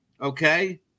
okay